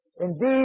Indeed